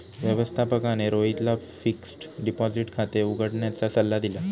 व्यवस्थापकाने रोहितला fixed deposit खाते उघडण्याचा सल्ला दिला